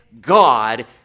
God